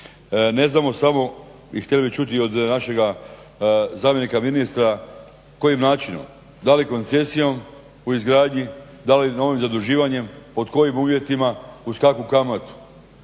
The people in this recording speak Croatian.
Ne znamo samo bi htjeli čuti od našega zamjenika ministra kojim načinom, da li koncesijom u izgradnji, da li novim zaduživanjem, pod kojim uvjetima, uz kakvu kamatu.